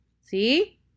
See